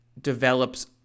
develops